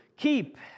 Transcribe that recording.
keep